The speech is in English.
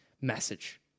message